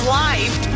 life